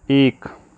एक